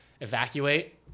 evacuate